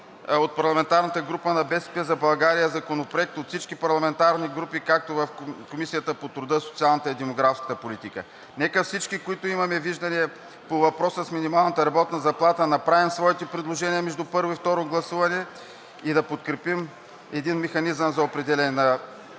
от парламентарната група на „БСП за България“ Законопроект от всички парламентарни групи както в Комисията по труда, социалната и демографската политика. Нека всички, които имаме виждания по въпроса с минималната работна заплата, направим своите предложения между първо и второ гласуване и да подкрепим един механизъм за определяне на